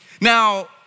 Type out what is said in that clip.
Now